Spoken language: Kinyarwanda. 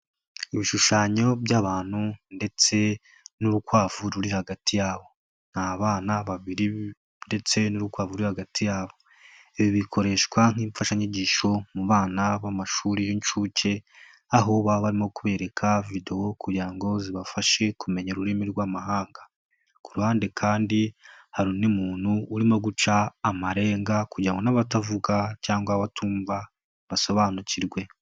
Ibishushanyo by'abantu ndetse n'urukwavu ruri hagati yabo, ni abana babiri ndetse n'urukwavu ruri hagati yabo. Ibi bikoreshwa nk'imfashanyigisho mu bana bo mu mashuri y'inshuke, aho baba barimo kwebereka videwo kugira ngo zibafashe kumenya ururimi rw'amahanga, ku ruhande kandi hari undi muntu urimo guca amarenga kugira ngo n'abatavuga cyangwa abatumva basobanukirwe.